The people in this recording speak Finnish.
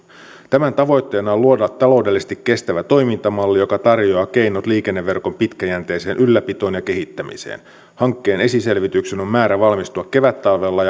tämän tavoitteena on luoda taloudellisesti kestävä toimintamalli joka tarjoaa keinot liikenneverkon pitkäjänteiseen ylläpitoon ja kehittämiseen hankkeen esiselvityksen on määrä valmistua kevättalvella